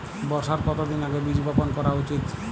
বর্ষার কতদিন আগে বীজ বপন করা উচিৎ?